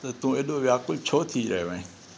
त तू एॾो व्याकुल छो थी रहियो आहीं